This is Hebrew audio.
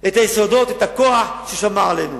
את היסודות, את הכוח ששמר עלינו.